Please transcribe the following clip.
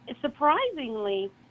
Surprisingly